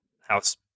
house